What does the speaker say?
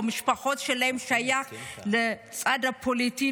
או המשפחות שלהם שייכות לצד פוליטי,